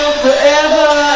forever